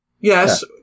Yes